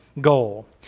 goal